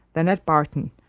than at barton,